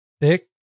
Thick